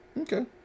Okay